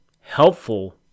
helpful